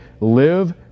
live